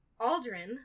Aldrin